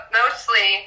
mostly